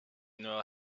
nueva